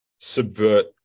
subvert